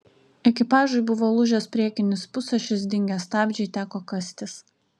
ekipažui buvo lūžęs priekinis pusašis dingę stabdžiai teko kastis